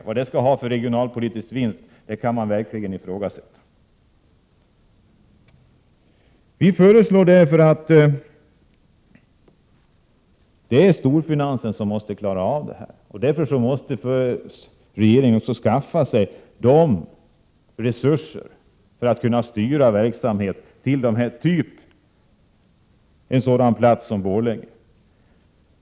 Vad det skall ge för regionalpolitisk vinst kan man verkligen ifrågasätta. Det är storfinansen som måste klara av problemen. Därför måste regeringen skaffa sig resurser för att kunna styra verksamhet till exempelvis en sådan plats som Borlänge.